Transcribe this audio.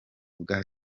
bwa